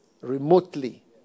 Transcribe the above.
remotely